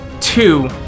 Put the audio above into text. two